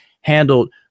handled